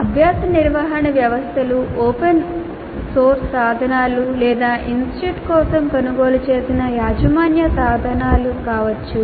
అభ్యాస నిర్వహణ వ్యవస్థలు ఓపెన్ సోర్స్ సాధనాలు లేదా ఇన్స్టిట్యూట్ కోసం కొనుగోలు చేసిన యాజమాన్య సాధనాలు కావచ్చు